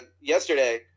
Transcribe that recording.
yesterday